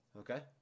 Okay